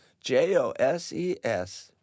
J-O-S-E-S